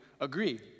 agree